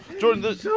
Jordan